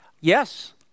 Yes